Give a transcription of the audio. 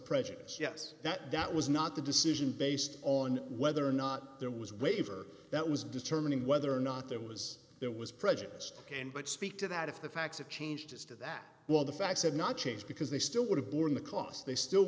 prejudice yes that that was not the decision based on whether or not there was waiver that was determining whether or not there was it was prejudiced and but speak to that if the facts of changed as to that while the facts had not changed because they still would have borne the costs they still